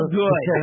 good